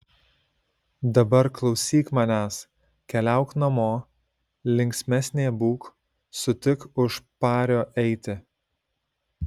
dabar klausyk manęs keliauk namo linksmesnė būk sutik už pario eiti